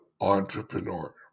entrepreneur